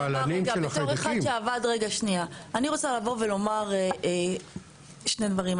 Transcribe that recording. אני רוצה לבוא ולומר שני דברים.